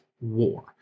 war